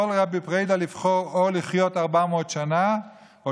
יכול רבי פרידא לבחור: או לחיות 400 שנה או